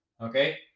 Okay